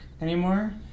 anymore